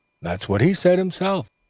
that's what he said himself,